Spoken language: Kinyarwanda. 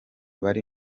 bari